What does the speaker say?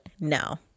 No